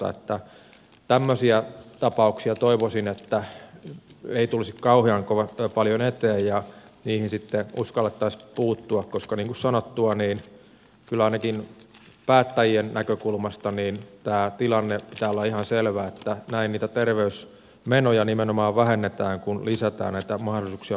toivoisin että tämmöisiä tapauksia ei tulisi kauhean paljon eteen ja niihin sitten uskallettaisiin puuttua koska niin kuin sanottua niin kyllä ainakin päättäjien näkökulmasta tämän tilanteen pitää olla ihan selvä että näin niitä terveys eroja nimenomaan vähennetään kun lisätään näitä mahdollisuuksia liikkua